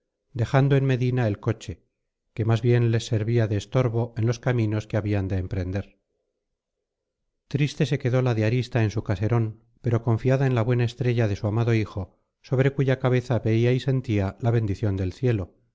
dejando en medina el coche que más bien les servía de estorbo en los caminos que habían de emprender triste se quedó la de arista en su caserón pero confiada en la buena estrella de su amado hijo sobre cuya cabeza veía y sentía la bendición del cielo